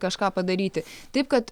kažką padaryti taip kad